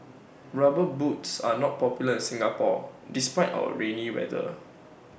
rubber boots are not popular in Singapore despite our rainy weather